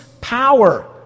power